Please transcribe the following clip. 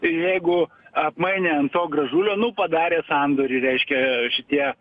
ir jeigu apmainė ant to gražulio nu padarė sandorį reiškia šitie